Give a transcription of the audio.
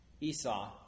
Esau